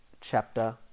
chapter